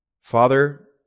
Father